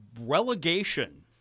relegation